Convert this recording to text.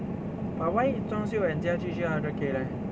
but why 装修 and 家具需要 hundred K leh